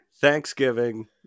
Thanksgiving